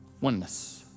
Oneness